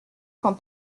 qu’en